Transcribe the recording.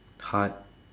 hard